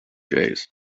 jays